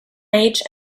age